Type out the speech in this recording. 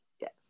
Yes